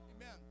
Amen